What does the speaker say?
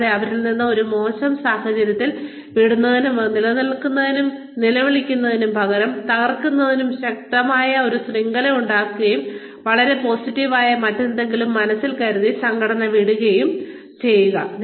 കൂടാതെ അവരിൽ നിന്ന് ഒരു മോശം സാഹചര്യത്തിൽ വിടുന്നതിനുപകരം നിർത്തുന്നതിനുപകരം നിലവിളിക്കുന്നതിനു പകരം തകർക്കുന്നതിനുപകരം ശക്തമായ ഒരു ശൃംഖല ഉണ്ടായിരിക്കുകയും വളരെ പോസിറ്റീവായ എന്തെങ്കിലും മനസ്സിൽ കരുതി സംഘടന വിടുകയും ചെയ്യുക